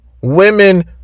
women